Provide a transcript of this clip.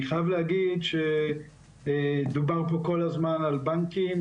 אני חייב להגיד שדובר פה כל הזמן על בנקים.